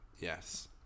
Yes